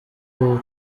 ubu